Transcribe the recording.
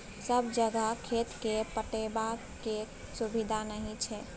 सब जगह खेत केँ पटेबाक सुबिधा नहि छै